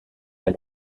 elle